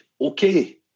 okay